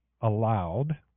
allowed